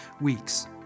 weeks